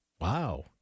wow